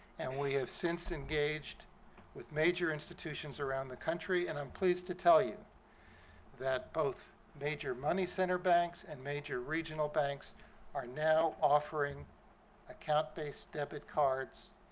and we have since engaged with major institutions around the country. and i'm pleased to tell you that both major money-center banks and major regional bank are now offering account-based debit cards